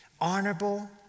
honorable